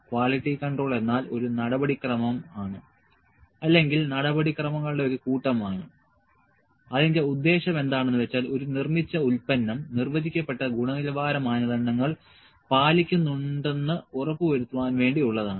quality control എന്നാൽ ഒരു നടപടിക്രമം ആണ് അല്ലെങ്കിൽ നടപടിക്രമങ്ങളുടെ ഒരു കൂട്ടമാണ് അതിന്റെ ഉദ്ദേശം എന്താണെന്നുവെച്ചാൽ ഒരു നിർമ്മിച്ച ഉൽപ്പന്നം നിർവചിക്കപ്പെട്ട ഗുണനിലവാര മാനദണ്ഡങ്ങൾ പാലിക്കുന്നുണ്ടെന്ന് ഉറപ്പുവരുത്താൻ വേണ്ടി ഉള്ളതാണ്